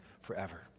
forever